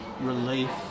relief